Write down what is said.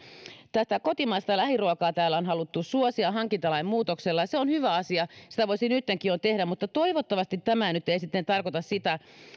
tätä kotimaista lähiruokaa täällä on haluttu suosia hankintalain muutoksella se on hyvä asia sitä voisi nytkin jo tehdä mutta toivottavasti tämä nyt ei sitten tarkoita sitä